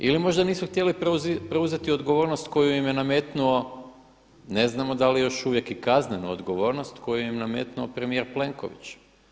Ili možda nisu htjeli preuzeti odgovornost koju im je nametnuo, ne znamo da li još uvijek i kaznenu odgovornost koju im je nametnuo premijer Plenković.